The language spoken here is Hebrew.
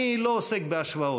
אני לא עוסק בהשוואות.